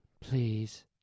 Please